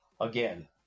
Again